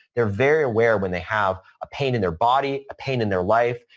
they're very aware when they have a pain in their body, a pain in their life.